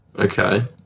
Okay